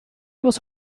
was